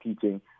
teaching